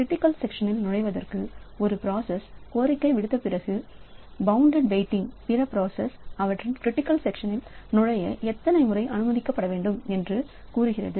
critical செக்ஷனில் நுழைவதற்கு ஒரு பிராசஸ் கோரிக்கை விடுத்த பிறகு பௌன்டேட் வெயிட்டிங் பிற பிராசஸ் அவற்றின் க்ரிட்டிக்கல் செக்ஷனில் நுழைய எத்தனை முறை அனுமதிக்கப்பட வேண்டும் என்று கூறுகிறது